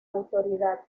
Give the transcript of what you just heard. autoridad